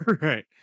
Right